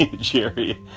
Jerry